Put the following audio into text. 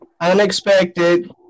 unexpected